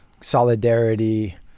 solidarity